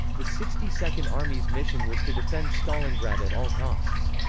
the sixty second army's mission was to defend stalingrad at all costs.